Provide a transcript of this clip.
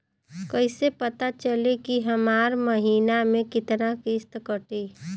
कईसे पता चली की हमार महीना में कितना किस्त कटी?